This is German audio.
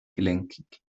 gelenkig